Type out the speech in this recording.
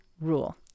rule